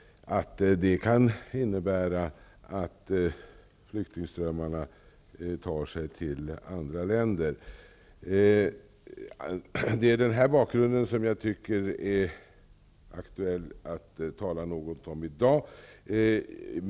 Det kan innebära att flyktingströmmarna tar sig till andra länder. Det är den här delen av bakgrunden som jag tycker är aktuell att tala något om i dag.